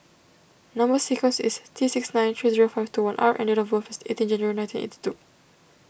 Number Sequence is T six nine three zero five two one R and date of birth is eighteen January nineteen eighty two